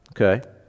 Okay